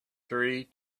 three